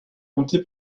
compté